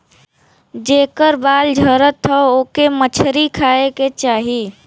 जेकर बाल झरत हौ ओके मछरी खाए के चाही